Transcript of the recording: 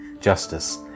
justice